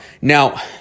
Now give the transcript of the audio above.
Now